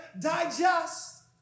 digest